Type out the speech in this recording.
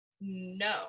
no